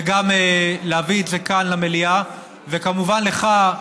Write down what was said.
וגם להביא את זה כאן למליאה, וכמובן לך,